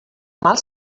mal